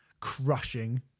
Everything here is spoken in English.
crushing